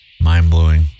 mind-blowing